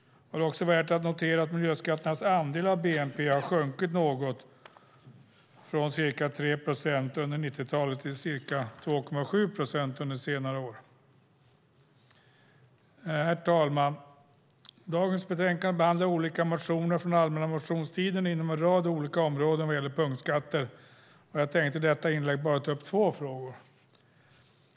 Det är också värt att notera att miljöskatternas andel av bnp i Sverige har sjunkit något, från ca 3 procent under 1990-talet till ca 2,7 procent under senare år. Herr talman! Dagens betänkande behandlar olika motioner från allmänna motionstiden inom en rad olika områden vad gäller punktskatter. Jag tänker i detta inlägg bara ta upp två frågor.